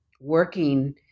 working